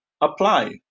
apply